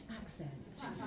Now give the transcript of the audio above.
accent